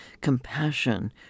compassion